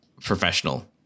professional